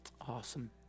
Awesome